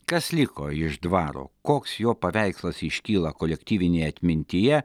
kas liko iš dvaro koks jo paveikslas iškyla kolektyvinėj atmintyje